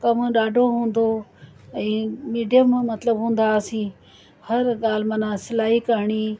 कमु ॾाढो हूंदो हुओ ऐं मीडियम मतलबु हूंदा हुआसि हर ॻाल्हि माना सिलाई करिणी